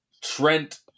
Trent